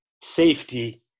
safety